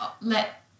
let